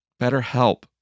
BetterHelp